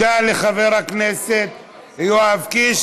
תודה לחבר הכנסת יואב קיש.